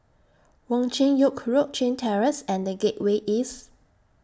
Wong Chin Yoke Road Chin Terrace and The Gateway East